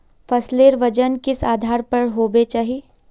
फसलेर वजन किस आधार पर होबे चही?